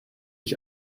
ich